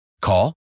Call